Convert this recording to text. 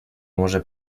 może